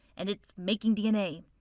and it's making dna.